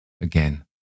Again